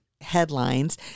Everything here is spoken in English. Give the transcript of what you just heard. headlines